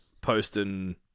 posting